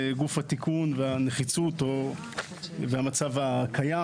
לגוף התיקון והנחיצות והמצב הקיים,